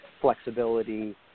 flexibility